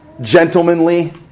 gentlemanly